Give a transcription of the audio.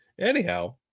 anyhow